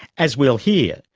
as we'll hear,